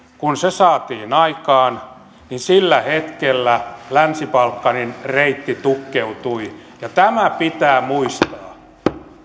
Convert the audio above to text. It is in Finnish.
saatiin aikaan niin sillä hetkellä länsi balkanin reitti tukkeutui tämä pitää muistaa